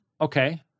okay